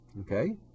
Okay